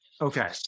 Okay